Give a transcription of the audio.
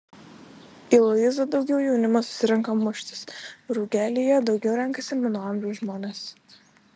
į luizą daugiau jaunimas susirenka muštis rugelyje daugiau renkasi mano amžiaus žmonės